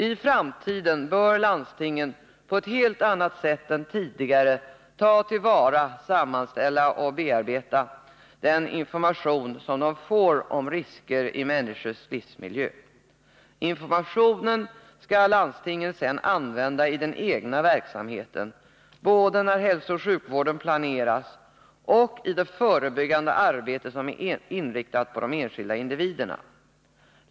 I framtiden bör landstingen på ett helt annat sätt än tidigare ta till vara, sammanställa och bearbeta den information som de får om risker i människornas livsmiljö. Informationen skall landstingen sedan använda i den egna verksamheten både när hälsooch sjukvården planeras och i det förebyggande arbetet som är inriktat på de enskilda individerna.